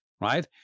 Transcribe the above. right